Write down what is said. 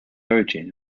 origin